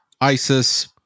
ISIS